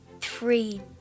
three